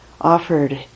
offered